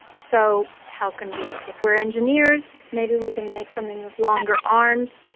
so how can we if we're engineers, maybe we can make something with longer arms.